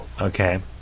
Okay